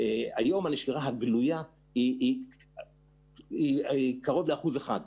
היום הנשירה הגלויה היא קרוב לאחוז אחד.